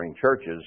churches